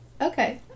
Okay